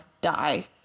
die